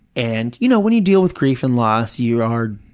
and, you know, when you deal with grief and loss, you are,